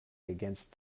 against